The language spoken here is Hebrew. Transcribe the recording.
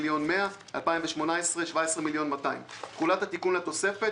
201717,100,000 201817,200,000 2. תחילהתחילתו של התיקון לתוספת,